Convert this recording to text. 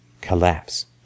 collapse